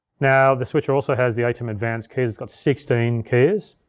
now the switcher also has the atem advanced keyers. it's got sixteen keyers.